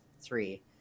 three